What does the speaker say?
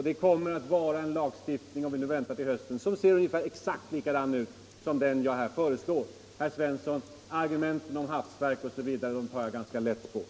Det kommer att bli en lagstiftning, om vi nu väntar till hösten, som ser exakt likadan ut som den jag här föreslår. Argumenten om hafsverk tar jag lätt på, herr Svensson i Eskilstuna!